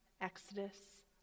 Exodus